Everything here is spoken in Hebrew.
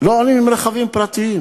לא עולים עם רכבים פרטיים.